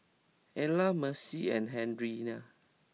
Elza Mercy and Henery